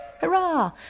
Hurrah